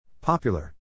Popular